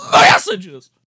messages